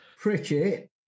Pritchett